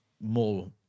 more